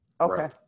Okay